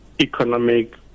economic